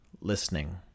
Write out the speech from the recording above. listening